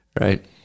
right